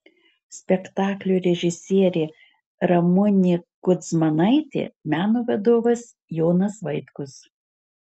spektaklio režisierė ramunė kudzmanaitė meno vadovas jonas vaitkus